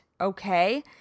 okay